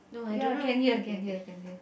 ya can hear can hear can hear